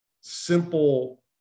simple